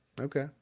Okay